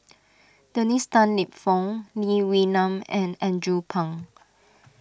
Dennis Tan Lip Fong Lee Wee Nam and Andrew Phang